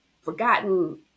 forgotten